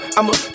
I'ma